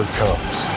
comes